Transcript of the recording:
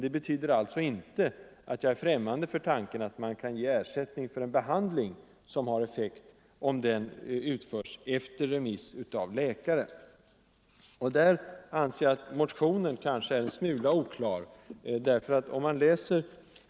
Det betyder inte att jag är främmande för tanken att man kan ge ersättning för en behandling som har effekt, om den utförs av kiropraktor efter remiss från läkare. På den punkten är motionen en smula oklar.